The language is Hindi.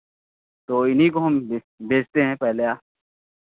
तो इन्ही को हम भे भेजते हैं पहले